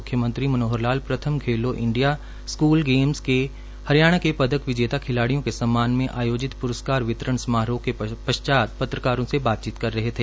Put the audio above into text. म्ख्य मंत्री मनोहर लाल प्रथम खेलो इंडिया स्कूल गेम्स के हरियाणा के पदक विजेता खिलाड़ियों के सम्मान में आयोजित प्रस्कार वितरण समारोह के पश्चात पत्रकारों से बातचीत कर रहे थे